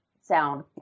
sound